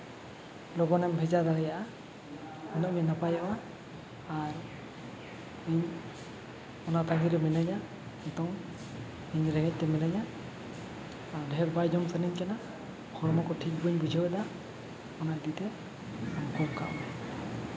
ᱞᱚᱜᱚᱱᱮᱢ ᱵᱷᱮᱡᱟ ᱫᱟᱲᱮᱭᱟᱜᱼᱟ ᱩᱱᱟᱹᱜ ᱜᱮ ᱱᱟᱯᱟᱭᱚᱜᱼᱟ ᱤᱧ ᱚᱱᱟ ᱛᱟᱺᱜᱤᱨᱮ ᱢᱤᱱᱟᱹᱧᱟ ᱱᱤᱛᱚᱝ ᱤᱧ ᱨᱮᱸᱜᱮᱡ ᱛᱮ ᱢᱤᱱᱟᱹᱧᱟ ᱰᱷᱮᱨ ᱵᱟᱭ ᱡᱚᱢ ᱥᱟᱱᱟᱧ ᱠᱟᱱᱟ ᱦᱚᱲᱢᱚ ᱠᱚ ᱴᱷᱤᱠ ᱵᱟᱹᱧ ᱵᱩᱡᱷᱟᱹᱣᱮᱫᱟ ᱚᱱᱟ ᱤᱫᱤᱛᱮ ᱟᱹᱜᱩ ᱠᱟᱜ ᱢᱮ